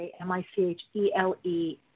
M-I-C-H-E-L-E